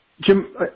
Jim